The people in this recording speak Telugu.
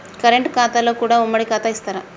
కరెంట్ ఖాతాలో కూడా ఉమ్మడి ఖాతా ఇత్తరా?